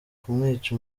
kumwica